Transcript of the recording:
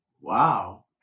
Wow